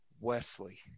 Wesley